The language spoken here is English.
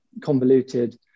convoluted